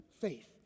faith